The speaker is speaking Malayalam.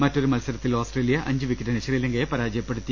മറ്റൊരു മത്സരത്തിൽ ഓസ്ട്രേ ലിയ അഞ്ച് വിക്കറ്റിന് ശ്രീലങ്കയെ പരാജയപ്പെടുത്തി